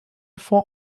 vor